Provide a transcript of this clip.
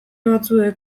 batzuek